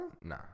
Nah